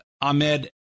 Ahmed